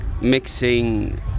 mixing